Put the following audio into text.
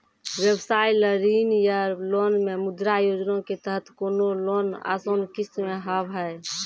व्यवसाय ला ऋण या लोन मे मुद्रा योजना के तहत कोनो लोन आसान किस्त मे हाव हाय?